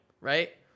right